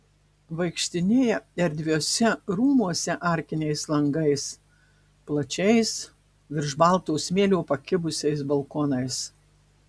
vaikštinėja erdviuose rūmuose arkiniais langais plačiais virš balto smėlio pakibusiais balkonais